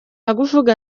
avuga